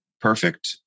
perfect